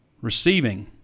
Receiving